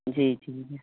जी जी